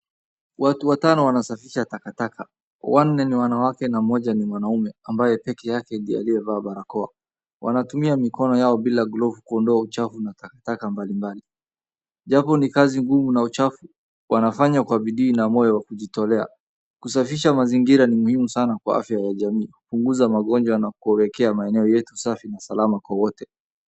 Watu watano wanasafisha takataka, wanne ni wanawake na mmoja ni mwanaume ambaye pekee yake ndiye aliyevaa barakoa. Wanatumia mikono yao bila glovu kuondoa uchafu na takataka mbali mbali japo ni kazi ngumu na chafu wanafanya kwa bidii na moyo wa kujitolea. Kusafisha mazingira ni muhimu sana kwa afya ya jamii, kupunguza magonjwa na kuweka maeneo yetu safi na salama kwa wote.